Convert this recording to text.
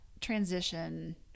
transition